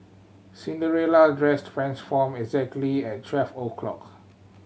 Cinderella address transformed exactly at twelve o' clock